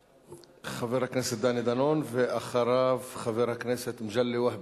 חבר הכנסת דני דנון, ואחריו, חבר הכנסת מגלי והבה.